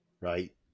right